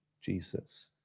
Jesus